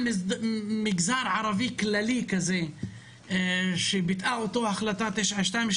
מגזר ערבי כללי שביטאה אותו ההחלטה 922,